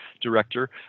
director